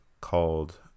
called